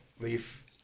leaf